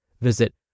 Visit